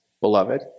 beloved